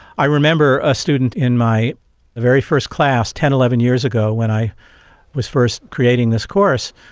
i remember a student in my very first class, ten, eleven years ago when i was first creating this course,